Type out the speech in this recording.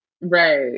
Right